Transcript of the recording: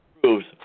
proves